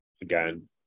Again